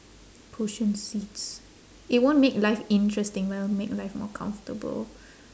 cushion seats it won't make life interesting but it will make life more comfortable